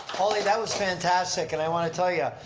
holly, that was fantastic and i want to tell yeah